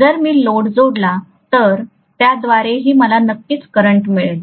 जर मी लोड जोडला तर त्याद्वारेही मला नक्कीच करंट मिळेल